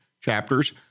chapters